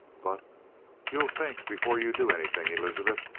but you'll think before you do anything, elizabeth?